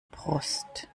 brust